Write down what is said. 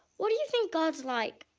what do you think god's like?